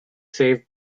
save